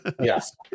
Yes